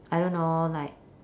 I don't know like